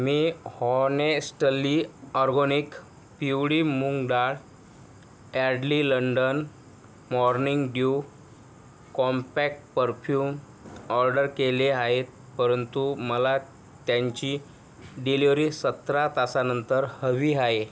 मी honestly organic पिवळी मूगडाळ Yardley London morning dew compact perfume order केले आहेत परंतु मला त्यांची डिलिव्हरी सतरा तासांनंतर हवी हाहे